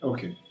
Okay